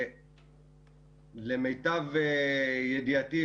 למיטב ידיעתי,